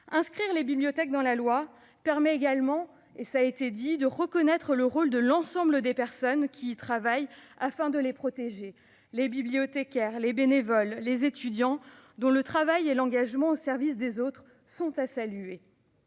inscrire les bibliothèques dans la loi permet également de reconnaître le rôle de l'ensemble des personnes qui y travaillent afin de les protéger : bibliothécaires, bénévoles et étudiants, dont le travail et l'engagement au service des autres sont à saluer.